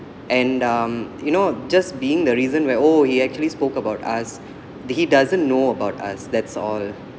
and um you know just being the reason where oh he actually spoke about us he doesn't know about us that's all